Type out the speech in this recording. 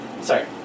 Sorry